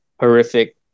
horrific